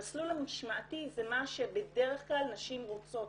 המסלול המשמעתי זה מה שבדרך כלל נשים רוצות.